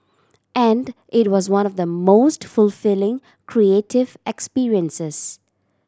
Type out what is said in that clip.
and it was one of the most fulfilling creative experiences